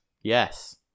yes